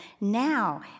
now